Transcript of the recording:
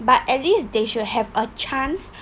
but at least they should have a chance